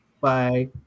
Bye